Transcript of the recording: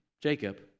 Jacob